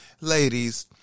ladies